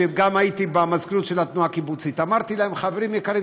וגם כשהייתי במזכירות של התנועה הקיבוצית אמרתי להם: חברים יקרים,